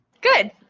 Good